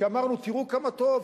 כי אמרנו: תראו כמה טוב,